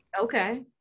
Okay